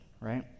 right